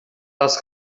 das